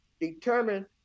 determine